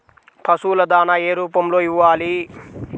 పశువుల దాణా ఏ రూపంలో ఇవ్వాలి?